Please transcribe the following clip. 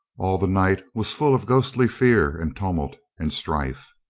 all the night was full of ghostly fear and tumult and strife.